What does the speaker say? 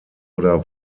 oder